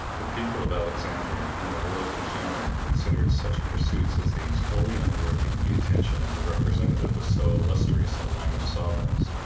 the people of alexandria, and the world in general, considered such pursuits as these wholly unworthy the attention of the representative of so illustrious a line of sovereigns,